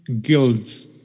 guilds